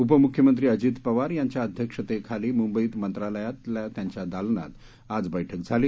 उपमुख्यमंत्री अजित पवार यांच्या अध्यक्षतेखाली मुंबईत मंत्रालयातल्या त्यांच्या दालनात आज बैठक झाली